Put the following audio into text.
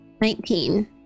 Nineteen